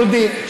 דודי?